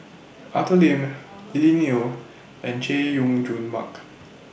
Arthur Lim Lily Neo and Chay Jung Jun Mark